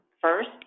first